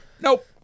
nope